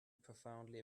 profoundly